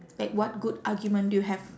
like what good argument do you have